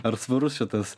ar svarus čia tas